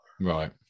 Right